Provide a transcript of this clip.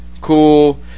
cool